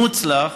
מוצלח,